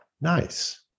nice